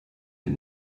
mit